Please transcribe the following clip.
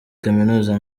kaminuza